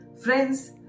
Friends